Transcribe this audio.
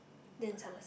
then Somerset